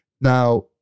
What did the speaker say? Now